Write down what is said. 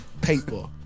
paper